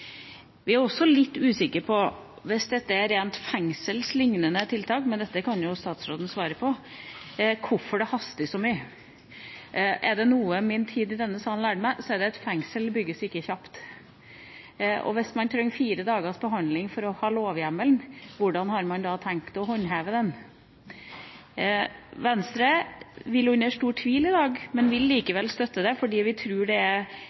Vi er også litt usikre på – hvis dette er rent fengselslignende tiltak, dette kan jo statsråden svare på – hvorfor det haster så mye. Er det noe min tid i denne sal har lært meg, er det at fengsel ikke bygges kjapt. Hvis man trenger fire dagers behandling for å ha lovhjemmelen, hvordan har man da tenkt å håndheve den? Venstre vil, under stor tvil, i dag likevel støtte det fordi vi tror det er